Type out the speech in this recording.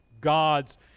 God's